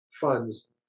funds